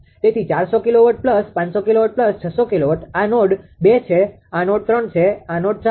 તેથી 400 કિલોવોટ500કિલોવોટ600કિલોવોટ આ નોડ 2 છે આ નોડ 3 છે આ નોડ 4 છે